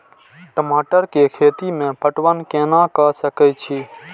टमाटर कै खैती में पटवन कैना क सके छी?